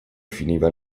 finiva